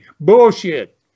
Bullshit